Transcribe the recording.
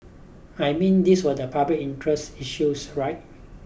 I mean these were the public interest issues right